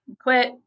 quit